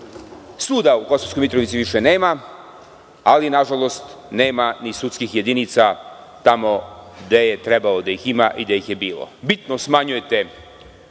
suda u Kosovskoj Mitrovici više nema, ali nažalost nema ni sudskih jedinica tamo gde je trebalo da ih ima i gde ih je bilo. Bitno smanjujete